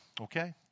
okay